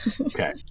Okay